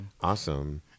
awesome